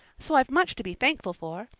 so i've much to be thankful for,